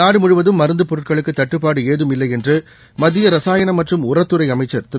நாடு முழுவதும் மருந்துப் பொருட்களுக்கு தட்டுப்பாடு ஏதும் இல்லை என்று மத்திய ரசாயனம் அமைச்சா் மற்றும் உரத்துறை திரு